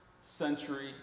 century